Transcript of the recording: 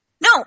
No